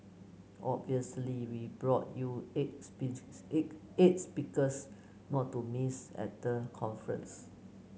obviously we brought you eight speeches eight eight speakers not to miss at the conference